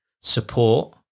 support